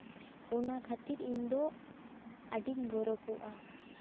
ᱚᱱᱟ ᱠᱷᱟᱹᱛᱤᱨ ᱤᱧᱫᱚ ᱟᱹᱰᱤ ᱜᱚᱨᱚᱵᱚᱜᱼᱟ